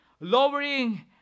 lowering